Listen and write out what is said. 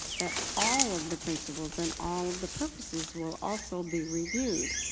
that all of the principles and all of the purposes will also be reviewed.